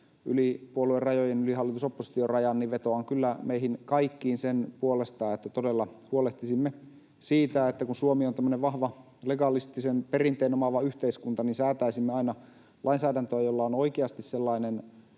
yli puoluerajojen ja yli hallitus—oppositio-rajan, niin vetoan kyllä meihin kaikkiin sen puolesta, että todella huolehtisimme siitä, että kun Suomi on tämmöinen vahva legalistisen perinteen omaava yhteiskunta, niin säätäisimme aina lainsäädäntöä, jolla on oikeasti sellainen